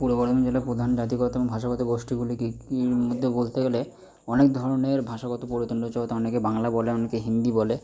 পূর্ব বর্ধমান জেলার প্রধান জাতিগত ভাষাগত গোষ্ঠীগুলিকে কিরনিত করতে গেলে অনেক ধরনের ভাষাগত পুরাতন রয়েছে হয়তো অনেকে বাংলা বলে অনেকে হিন্দি বলে